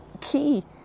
key